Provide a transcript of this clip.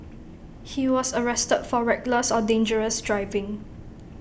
he was arrested for reckless or dangerous driving